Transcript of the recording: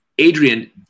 Adrian